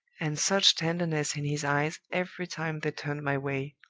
and such tenderness in his eyes every time they turned my way.